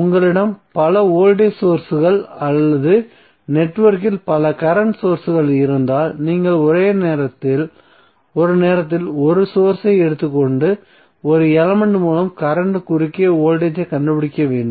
உங்களிடம் பல வோல்டேஜ் சோர்ஸ்கள் அல்லது நெட்வொர்க்கில் பல கரண்ட் சோர்ஸ்கள் இருந்தால் நீங்கள் ஒரு நேரத்தில் 1 சோர்ஸ் ஐ எடுத்து ஒரு எலமென்ட் மூலம் கரண்ட் குறுக்கே வோல்டேஜ் ஐக் கண்டுபிடிக்க வேண்டும்